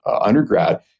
undergrad